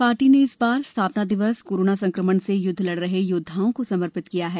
party ने इस बार का स्थापना दिवस कोरोना संक्रमण से यूद्व लड रहे योद्वाओं को समर्पित किया है